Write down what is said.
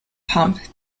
pump